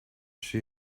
she